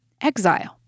exile